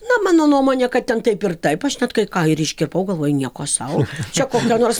na mano nuomonė kad ten taip ir taip aš net kai ką ir iškirpau galvoju nieko sau čia kokio nors